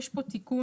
יש פה תיקון,